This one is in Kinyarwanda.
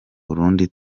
burundi